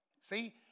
See